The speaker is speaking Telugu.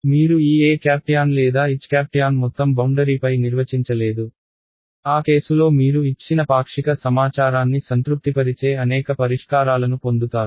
మీరు ఈ Etan లేదా Htan మొత్తం బౌండరీపై నిర్వచించలేదు ఆ కేసులో మీరు ఇచ్చిన పాక్షిక సమాచారాన్ని సంతృప్తిపరిచే అనేక పరిష్కారాలను పొందుతారు